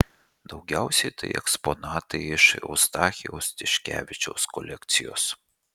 daugiausiai tai eksponatai iš eustachijaus tiškevičiaus kolekcijos